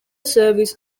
service